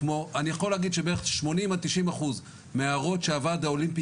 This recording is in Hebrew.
אני יכול להגיד שבערך 80%-90% מההערות שהוועד האולימפי